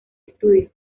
estudio